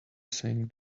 saying